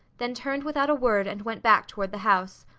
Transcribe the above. then turned without a word and went back toward the house.